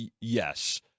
yes